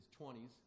20s